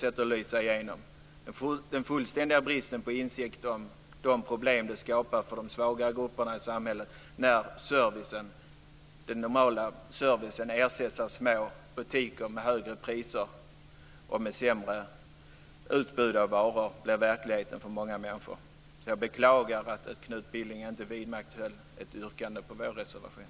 Det handlar om en fullständig brist på insikt om de problem som skapas för de svaga grupperna i samhället när den normala servicen ersätts av små butiker med högre priser och ett sämre utbud av varor och detta blir verkligheten för många människor. Jag beklagar alltså att Knut Billing inte vidmakthåller sitt yrkande om bifall till vår reservation.